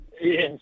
Yes